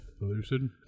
Lucid